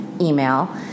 email